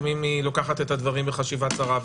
לפעמים היא לוקחת את הדברים בחשיבה צרה.